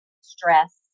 stress